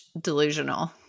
delusional